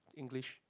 English